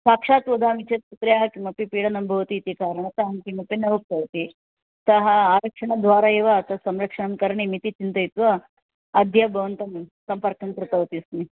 साक्षात् वदामि चेत् पुत्र्याः किमपि पीडनं भवति इति कारणतः अहं किमपि न उक्तवती सः आरक्षणद्वारा एव तत् संरक्षणं करणीयमिति चिन्तयित्वा अद्य भवतां सम्पर्कं कृतवती अस्मि